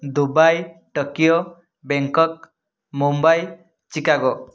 Dubai Tokyo Bangkok Mumbai Chicago